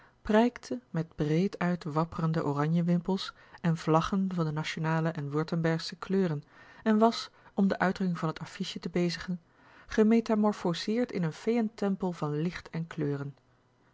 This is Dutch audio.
prijkte met breed uit wapperende oranjewimpels en vlaggen van de nationale en wurtembergsche kleuren en was om de uitdrukking van t affiche te bezigen gemetamorfoseerd in een feeën tempel van licht en kleuren